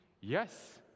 Yes